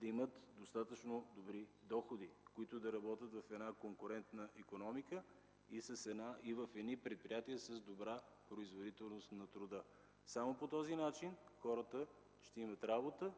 да имат достатъчно добри доходи, за да работят в конкурентна икономика и в предприятия с добра производителност на труда. Само по този начин хората ще имат работа